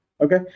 Okay